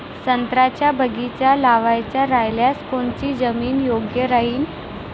संत्र्याचा बगीचा लावायचा रायल्यास कोनची जमीन योग्य राहीन?